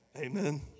Amen